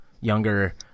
younger